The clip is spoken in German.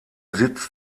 sitz